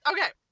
Okay